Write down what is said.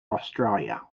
australia